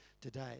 today